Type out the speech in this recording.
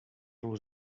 los